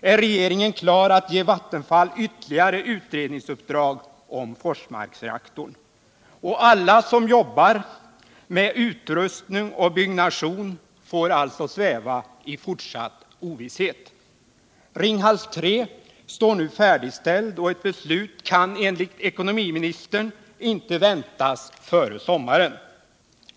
är regeringen klar att ge Vattenfall ytterligare utredningsuppdrag om Forsmarksreaktorn. Alla som jobbar med utrustning och byggnation får alltså sväva i fortsatt ovisshet. Ringhals 3 står nu färdigställt och ett beslut kan enligt ekonomiministern inte väntas före sommaren.